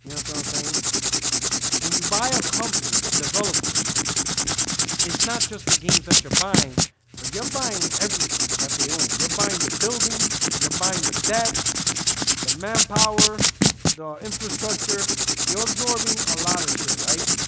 and sound i'm saying when you buy a company developers it's not just the games that you're buying but you're buying everything that they own you're buying the buildings. you're buying the debt the manpower the infrastructure you're absorbing a lot of shit, right?